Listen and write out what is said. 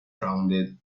rounded